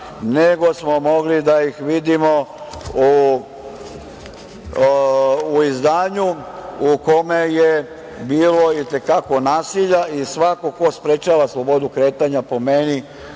nego smo mogli da ih vidimo u izdanju u kome je bilo i te kako nasilja i svako ko sprečava slobodu kretanja po meni